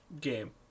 game